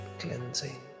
cleansing